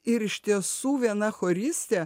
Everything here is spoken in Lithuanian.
ir iš tiesų viena choristė